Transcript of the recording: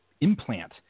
implant